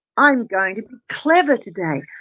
i'm going to be clever today,